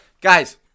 guys